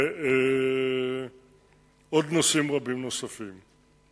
ועוד נושאים רבים נוספים.